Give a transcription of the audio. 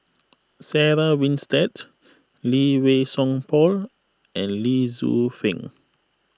Sarah Winstedt Lee Wei Song Paul and Lee Tzu Pheng